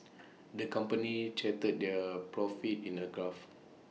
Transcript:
the company charted their profits in A graph